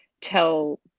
tell